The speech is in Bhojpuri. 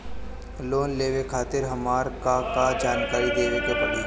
लोन लेवे खातिर हमार का का जानकारी देवे के पड़ी?